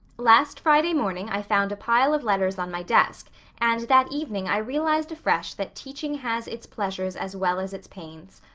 last friday morning i found a pile of letters on my desk and that evening i realized afresh that teaching has its pleasures as well as its pains.